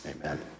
Amen